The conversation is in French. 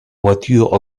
voiture